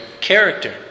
character